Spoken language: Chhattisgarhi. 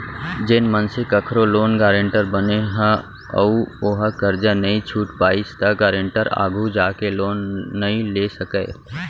जेन मनसे कखरो लोन गारेंटर बने ह अउ ओहा करजा नइ छूट पाइस त गारेंटर आघु जाके लोन नइ ले सकय